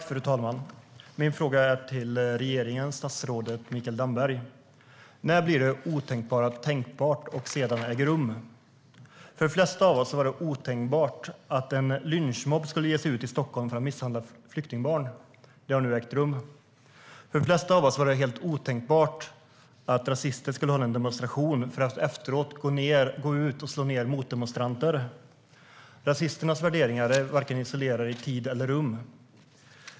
Fru talman! Min fråga är till regeringen och statsrådet Mikael Damberg. När bli det otänkbara tänkbart och sedan äger rum? För de flesta av oss var det otänkbart att en lynchmobb skulle ge sig ut i Stockholm för att misshandla flyktingbarn. Det har nu ägt rum. För de flesta av oss var det helt otänkbart att rasister skulle hålla en demonstration för att efteråt gå ut och slå ned motdemonstranter. Rasisternas värderingar är inte isolerade i vare sig tid eller rum.